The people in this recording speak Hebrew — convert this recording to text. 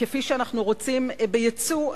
וכפי שאנחנו רוצים יצוא,